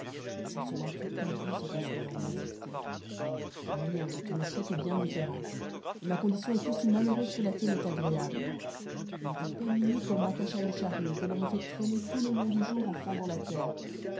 sans cela toute ta vie se passerait dans l'oisiveté la manière dont on me traite est bien différente et ma condition est aussi malheureuse que la tienne est agréable il est à peine minuit qu'on m'attache à une charrue que l'on me fait traîner tout le long du jour en fendant la terre